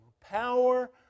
power